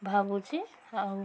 ଭାବୁଛି ଆଉ